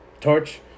Torch